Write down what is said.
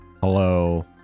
hello